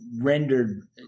rendered